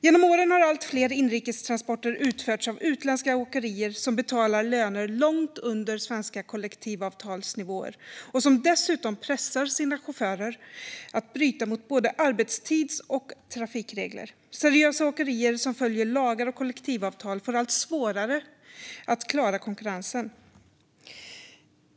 Genom åren har allt fler inrikestransporter utförts av utländska åkerier som betalar löner långt under svenska kollektivavtalsnivåer och som dessutom pressar sina chaufförer att bryta mot både arbetstids och trafikregler. Seriösa åkerier som följer lagar och kollektivavtal får allt svårare att klara konkurrensen.